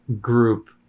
group